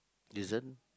isn't